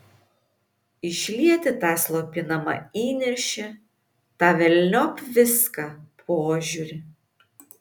išlieti tą slopinamą įniršį tą velniop viską požiūrį